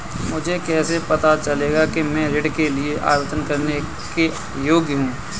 मुझे कैसे पता चलेगा कि मैं ऋण के लिए आवेदन करने के योग्य हूँ?